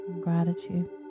gratitude